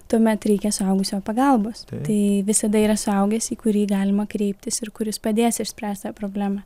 tuomet reikia suaugusiojo pagalbos tai visada yra suaugęs į kurį galima kreiptis ir kuris padės išspręst tą problemą